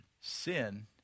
sin